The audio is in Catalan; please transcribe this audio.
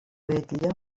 vetla